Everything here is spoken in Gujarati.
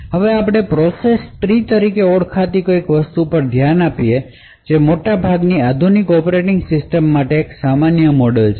હવે આપણે પ્રોસેસ ટ્રી તરીકે ઓળખાતી કંઈક વસ્તુ પર ધ્યાન આપીશું જે મોટાભાગના આધુનિક ઑપરેટિંગ સિસ્ટમ માટે એક સામાન્ય મોડેલ છે